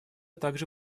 также